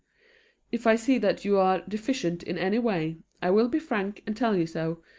if i see that you are deficient in any way, i will be frank and tell you so,